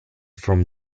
from